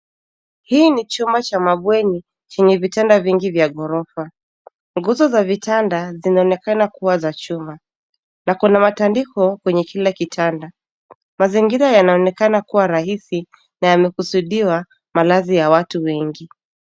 Hii ni chumba cha mabweni chenye vitanda vingi vya ghorofa. Nguzo za vitanda zinaonekana kuwa za chuma na kuna matandiko kwenye kile kitanda. Mazingira yanaonekana kuwa rahisi na yamekusudiwa malazi ya watu wengi.